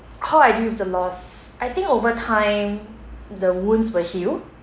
how I deal with the loss I think over time the wounds will heal